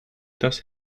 das